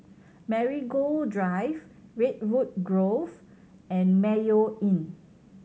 Marigold Drive Redwood Grove and Mayo Inn